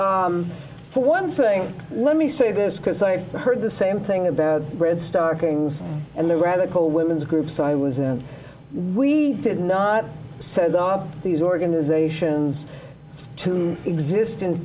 for one thing let me say this because i heard the same thing about bread starkings and the radical women's groups i was we did not set up these organizations to exist in